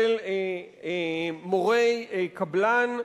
של מורי קבלן,